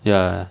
ya